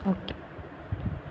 okay